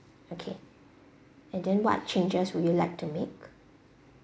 okay and then what changes would you like to make